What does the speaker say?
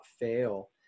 fail